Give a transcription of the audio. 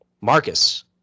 Marcus